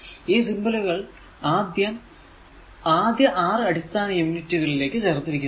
ഈ സിംബലുകൾ ആദ്യ6 അടിസ്ഥാന SI യൂണിറ്റുകൾ ലേക്ക് ചേർത്തിരിക്കുന്നു